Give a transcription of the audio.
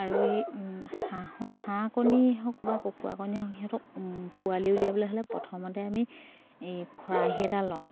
আৰু এই হাঁহ হাঁহ কণী হওক বা কুকুৰা কণী হওক সিহঁতক পোৱালি উলিয়াবলে হ'লে প্ৰথমতে আমি খৰাহি এটা লওঁ